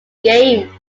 games